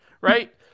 right